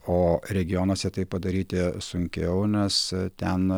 o regionuose tai padaryti sunkiau nes ten